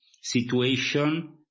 situation